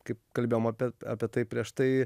kaip kalbėjom apie apie tai prieš tai